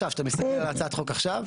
כשאתה מסתכל על הצעת החוק עכשיו,